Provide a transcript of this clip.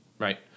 Right